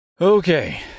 Okay